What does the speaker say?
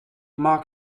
marc